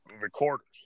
recorders